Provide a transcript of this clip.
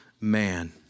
man